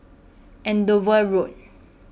Andover Road